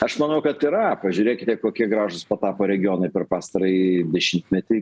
aš manau kad yra pažiūrėkite kokie gražūs patapo regionai per pastarąjį dešimtmetį